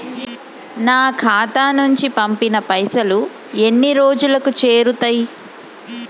నా ఖాతా నుంచి పంపిన పైసలు ఎన్ని రోజులకు చేరుతయ్?